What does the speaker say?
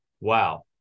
wow